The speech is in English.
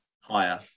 Higher